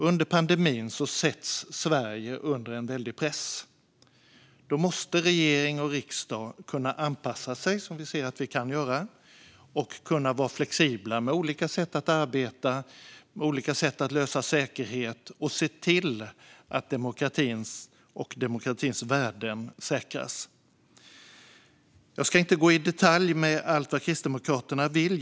Under pandemin sätts Sverige under en väldig press. Då måste regering och riksdag kunna anpassa sig, som vi ser att man kan göra, och vara flexibla med olika sätt att arbeta och olika sätt att lösa säkerhet för att se till att demokratin och demokratins värden säkras. Jag ska inte gå in i detalj på allt som Kristdemokraterna vill.